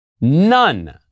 None